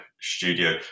studio